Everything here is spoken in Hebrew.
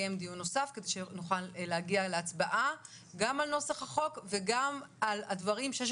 נקיים דיון נוסף כדי שנוכל להגיע להצבעה גם על נוסח החוק וגם על הדברים,